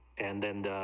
and then